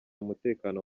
mutekano